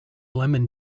lemon